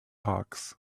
hawks